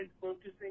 focusing